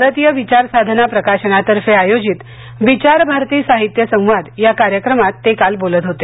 भारतीय विचार साधना प्रकाशनातर्फे आयोजित विचार भारती साहित्य संवाद या कार्यक्रमात ते काल बोलत होते